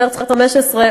מרס 15',